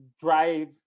drive